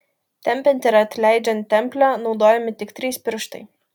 tempiant ir atleidžiant templę naudojami tik trys pirštai